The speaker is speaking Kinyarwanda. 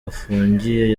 afungiye